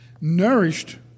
nourished